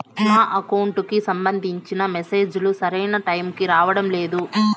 నా అకౌంట్ కు సంబంధించిన మెసేజ్ లు సరైన టైము కి రావడం లేదు